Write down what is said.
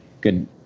good